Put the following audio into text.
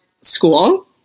school